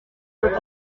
flanc